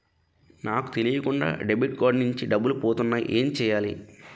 నాకు తెలియకుండా debit card నుంచి డబ్బులు పోతున్నాయి ఎం చెయ్యాలి?